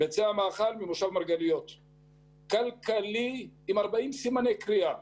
וביצי המאכל ממושב מרגליות - כלכלי עם 40 סימני קריאה.